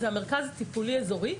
מתי"א זה מרכז תמיכה יישובי אזורי.